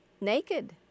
Naked